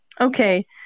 Okay